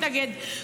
מתנגד,